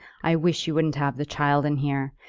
i wish you wouldn't have the child in here.